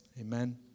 Amen